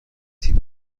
تیم